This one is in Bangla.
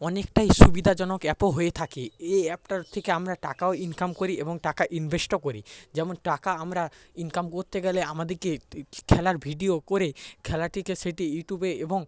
অনেকটাই সুবিধাজনক অ্যাপও হয়ে থাকে এই অ্যাপটার থেকে আমরা টাকাও ইনকাম করি এবং টাকা ইনভেস্টও করি যেমন টাকা আমরা ইনকাম করতে গেলে আমাদেরকে খেলার ভিডিও করে খেলাটিকে সেটি ইউটিউবে এবং